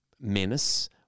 menace